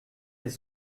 les